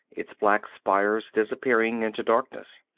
its black spires disappearing into darkness.